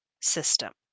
system